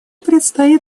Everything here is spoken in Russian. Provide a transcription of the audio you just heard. предстоит